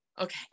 okay